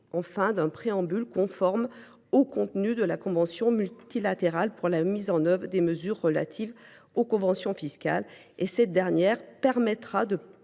d’un préambule conforme au contenu de la convention multilatérale pour la mise en œuvre des mesures relatives aux conventions fiscales. Ce dernier texte permettra de